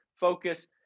focus